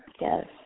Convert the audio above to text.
Yes